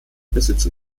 besitzen